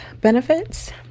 benefits